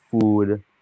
food